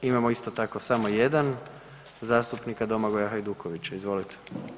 Imamo isto tako samo jedan zastupnika Domagoja Hajdukovića, izvolite.